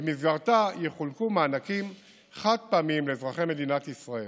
שבמסגרתה יחולקו מענקים חד-פעמיים לאזרחי מדינת ישראל.